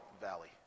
Valley